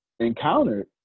Encountered